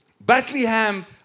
Bethlehem